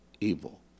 evil